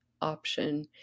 option